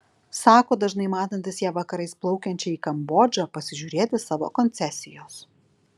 sako dažnai matantis ją vakarais plaukiančią į kambodžą pasižiūrėti savo koncesijos